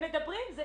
הם מדברים.